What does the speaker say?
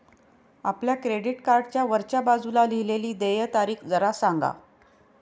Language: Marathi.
आपल्या क्रेडिट कार्डच्या वरच्या बाजूला लिहिलेली देय तारीख जरा सांगा